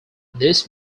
this